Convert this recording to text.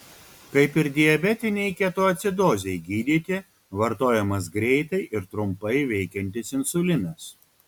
kaip ir diabetinei ketoacidozei gydyti vartojamas greitai ir trumpai veikiantis insulinas